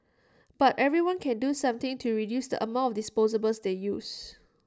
but everyone can do something to reduce the amount of disposables they use